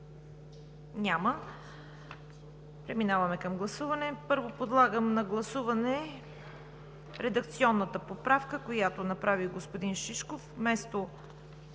Няма. Преминаваме към гласуване. Първо подлагам на гласуване редакционната поправка, която направи господин Шишков